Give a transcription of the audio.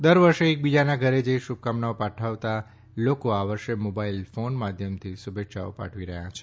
દર વર્ષે એકબીજાના ઘરે જઈ શુભકામનાઓ પાઠવતા લોકો આ વર્ષે મોબાઈલ ફોન માધ્યમથી શુભેચ્છાઓ પાઠવી રહ્યા છે